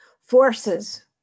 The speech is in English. forces